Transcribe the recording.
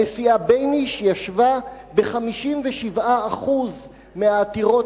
הנשיאה בייניש ישבה ב-57% מהעתירות